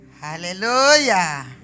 Hallelujah